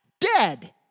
dead